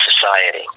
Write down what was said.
society